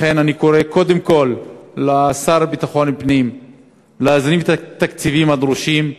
לכן אני קורא קודם כול לשר לביטחון פנים להזרים את התקציבים הדרושים,